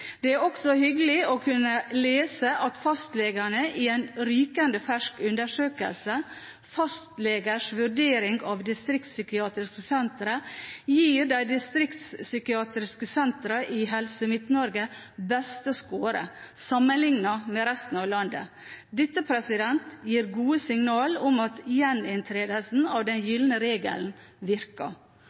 Det er også hyggelig å kunne lese at fastlegene i en rykende fersk undersøkelse, «Fastlegers vurdering av distriktspsykiatriske sentre», gir de distriktspsykiatriske sentrene i Helse Midt-Norge beste score, sammenlignet med resten av landet. Dette gir gode signaler om at gjeninntredelsen av den gylne regelen virker.